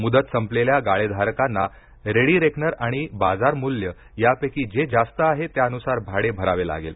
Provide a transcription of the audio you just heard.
मुदत संपलेल्या गाळेधारकांना रेडिरेकनर आणि बाजारमूल्य यापैकी जे जास्त आहे त्यानुसार भाडे भरावे लागेल